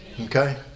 Okay